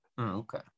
Okay